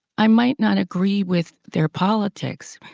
i might not agree with their politics,